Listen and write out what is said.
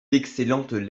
d’excellentes